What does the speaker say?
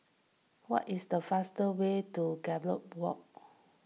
what is the fast way to Gallop Walk